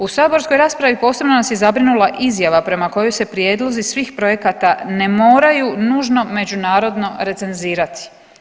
U saborskoj raspravi posebno nas je zabrinula izjava prema kojoj se prijedlozi svih projekata ne moraju nužno međunarodno recenzirati.